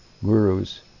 gurus